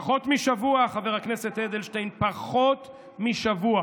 פחות משבוע, חבר הכנסת אדלשטיין, פחות משבוע